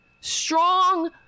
Strong